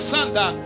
Santa